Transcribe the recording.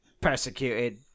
persecuted